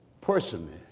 personally